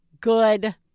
good